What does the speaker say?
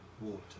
Water